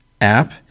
app